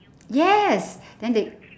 yes then they